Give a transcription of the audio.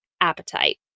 appetite